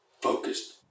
focused